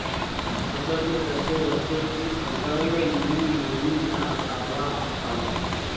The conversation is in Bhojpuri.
फसल के कैसे रखे की फसल में नमी ना आवा पाव?